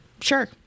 sure